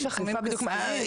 יש עיצומים כספיים?